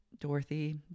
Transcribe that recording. Dorothy